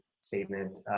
statement